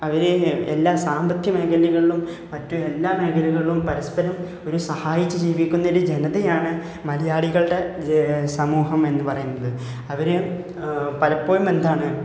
അവർ എല്ലാ സാമ്പത്തിക മേഖലകളിലും മറ്റ് എല്ലാ മേഖലകളിലും പരസ്പരം ഒരു സഹായിച്ച് ജീവിക്കുന്ന ഒരു ജനതയാണ് മലയാളികളുടെ ജന സമൂഹം എന്ന് പറയുന്നത് അവർ പലപ്പോഴും എന്താണ്